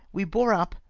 we bore up,